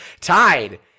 Tied